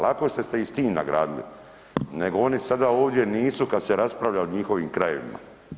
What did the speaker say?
Lako ste se i s tim nagradili, nego oni sada ovdje nisu kada se raspravlja o njihovim krajevima.